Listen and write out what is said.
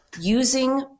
using